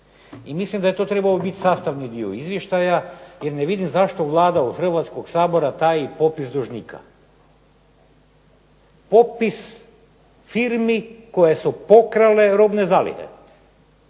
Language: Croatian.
I mislim da je to trebao biti sastavni dio izvještaja jer ne vidim zašto Vlada od Hrvatskog sabora taji popis dužnika? Popis firmi koje su pokrale robne zalihe.